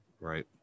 Right